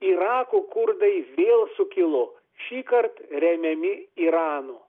irako kurdai vėl sukilo šįkart remiami irano